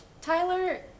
Tyler